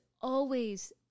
always-